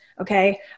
okay